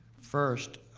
first,